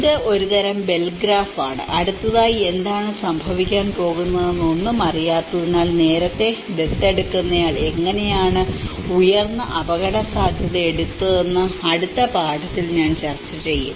ഇത് ഒരു തരം ബെൽ ഗ്രാഫാണ് അടുത്തതായി എന്താണ് സംഭവിക്കാൻ പോകുന്നതെന്ന് ഒന്നും അറിയാത്തതിനാൽ നേരത്തെ ദത്തെടുക്കുന്നയാൾ എങ്ങനെയാണ് ഉയർന്ന അപകടസാധ്യത എടുക്കുന്നതെന്ന് അടുത്ത പാഠത്തിൽ ഞാൻ ചർച്ച ചെയ്യും